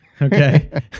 Okay